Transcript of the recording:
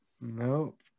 Nope